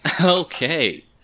Okay